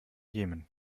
jemen